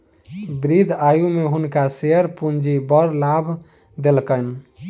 वृद्ध आयु में हुनका शेयर पूंजी बड़ लाभ देलकैन